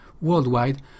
worldwide